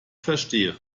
verstehe